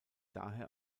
daher